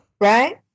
right